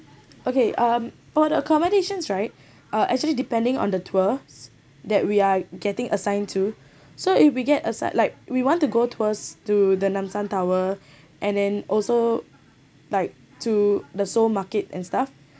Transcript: okay um for the accommodations right uh actually depending on the tour that we are getting assigned to so if we get assigned like we want to go tours to the namsan tower and then also like to the seoul market and stuff